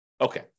Okay